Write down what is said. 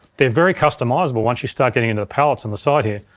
they're very customizable once you start getting into the palettes on the side here.